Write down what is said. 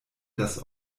das